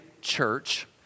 church